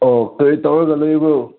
ꯑꯣ ꯀꯔꯤ ꯇꯧꯔꯒ ꯂꯩꯕ꯭ꯔꯣ